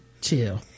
Chill